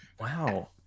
Wow